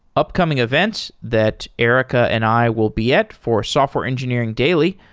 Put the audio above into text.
upcoming events that erika and i will be at for software engineering daily.